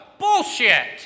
Bullshit